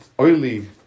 Oily